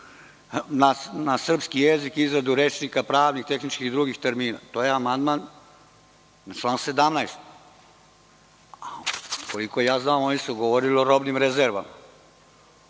na srpskom jeziku izradu rečnika pravnih, tehničkih i drugih termina. To je amandman na član 17.Koliko znam govorili su o robnim rezervama.